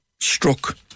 struck